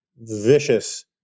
vicious